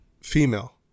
female